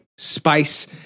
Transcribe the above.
spice